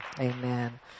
Amen